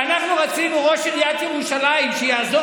כשאנחנו רצינו שראש עיריית ירושלים יעזור